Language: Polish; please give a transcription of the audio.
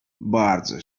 bardzo